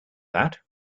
that